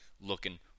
looking